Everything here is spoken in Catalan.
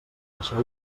deixeu